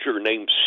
named